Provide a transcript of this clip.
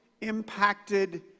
impacted